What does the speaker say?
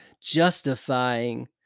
justifying